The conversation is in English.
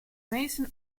meissen